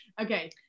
Okay